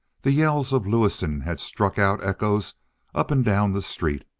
the yells of lewison had struck out echoes up and down the street.